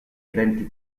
eventi